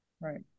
Right